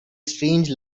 strange